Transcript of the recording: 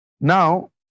now